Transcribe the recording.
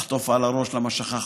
לחטוף על הראש כי שכחתי